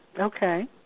okay